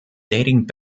dating